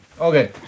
Okay